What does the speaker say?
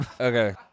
Okay